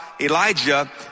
Elijah